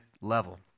level